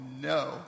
no